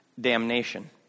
damnation